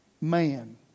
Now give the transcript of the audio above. man